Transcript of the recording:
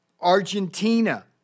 Argentina